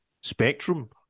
spectrum